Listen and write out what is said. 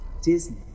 Disney